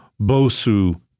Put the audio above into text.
BOSU